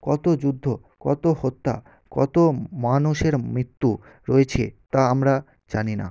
কতো যুদ্ধ কতো হত্যা কতো মানুষের মৃত্যু রয়েছে তা আমরা জানি না